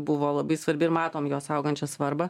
buvo labai svarbi ir matom jos augančią svarbą